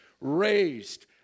raised